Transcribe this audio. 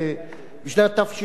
ב-1950,